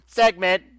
segment